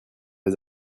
les